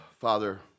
Father